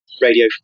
Radio